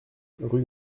rue